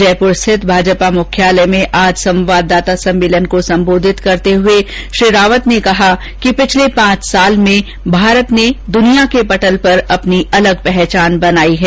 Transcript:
जयपुर स्थित भाजपा मुख्यालय में आज संवाददाता सम्मेलन को संबोधित करते हुए श्री रावत ने कहा कि पिछले पांच साल में भारत ने दुनिया के पटल पर अपनी अलग पहचान बनाई है